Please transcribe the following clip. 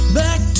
back